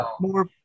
more